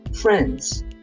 friends